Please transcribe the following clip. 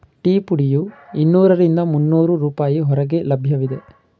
tea ಪುಡಿಯು ಇನ್ನೂರರಿಂದ ಮುನ್ನೋರು ರೂಪಾಯಿ ಹೊರಗೆ ಲಭ್ಯವಿದೆ